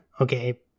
Okay